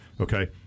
okay